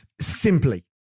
simply